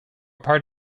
part